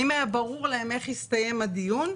האם היה ברור להם איך הסתיים הדיון.